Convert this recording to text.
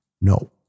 No